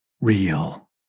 real